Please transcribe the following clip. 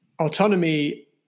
autonomy